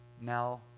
Now